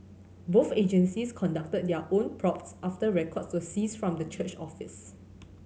both agencies conducted their own probes after records were seized from the church office